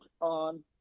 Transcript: on